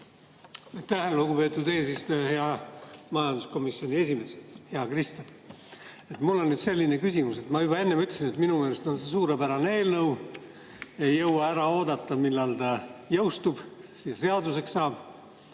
lugupeetud eesistuja! Hea majanduskomisjoni esimees, hea Kristen! Mul on selline küsimus. Ma juba enne ütlesin, et minu meelest on see suurepärane eelnõu, ei jõua ära oodata, millal ta jõustub, seaduseks saab.